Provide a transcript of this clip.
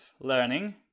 learning